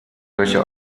welche